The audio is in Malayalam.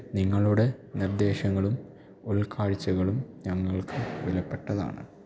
നിങ്ങളുടെ നിർദ്ദേശങ്ങളും ഉൾക്കാഴ്ചകളും ഞങ്ങൾക്കു വിലപ്പെട്ടതാണ്